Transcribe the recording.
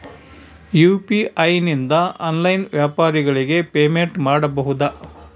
UPI ನಿಂದ online ವ್ಯಾಪಾರಗಳಿಗೆ payment ಮಾಡಬಹುದಾ?